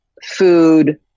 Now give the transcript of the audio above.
Food